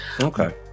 Okay